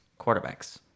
quarterbacks